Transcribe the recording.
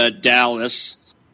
Dallas